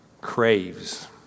craves